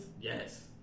yes